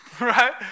right